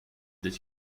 did